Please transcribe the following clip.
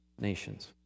nations